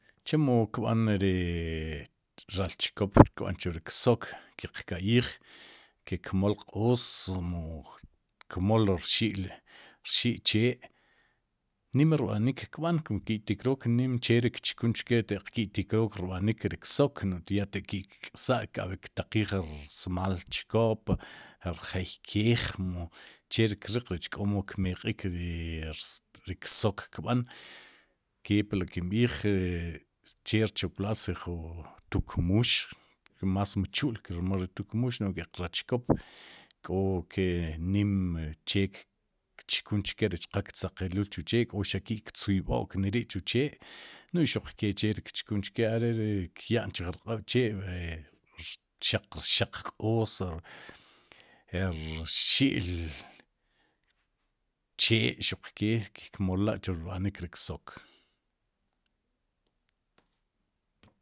Chemo kbán ri raal chkoop ri kb'an chu ri ksok, kiq ka'yij ke kmool q'oos mu kmool rxi'l chee nim rb'anik kb'an kum ki'tikrook nim che cherik chkun chke teq ki'tikrook chu rb'anik ri ksok, no ya taq ji'ksa'ab'i kataqiij rsmaal chkoop rjeey keej mu che ri kriq rech k'omo kmeq'iik ri ksok kb'an kepli kinb'iij e che rckoplaal si jun tukmuux más mchu'l kir mool ri tukmuux no'j keq raal chkop k'o ke nim che kchkuncke rech qa ktzaqelul chu chee k'o xaq ki'kzub'ok neri chu chee no'j xuqke k'o ri che kchunchke kya'n chu jun rq'ab'chee e xaq rxaq q'oos rxi'l chee xuqke kmol lá chu rb'anik ri ksok.